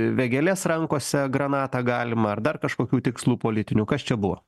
vėgėlės rankose granatą galima ar dar kažkokių tikslų politinių kas čia buvo